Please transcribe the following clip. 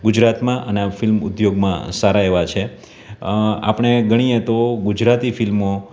ગુજરાતમાં અને આ ફિલ્મ ઉદ્યોગમાં સારા એવા છે આપણે ગણીએ તો ગુજરાતી ફિલ્મો